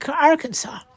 Arkansas